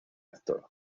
actor